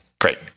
Great